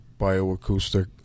bioacoustic